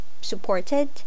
supported